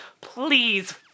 please